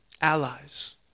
allies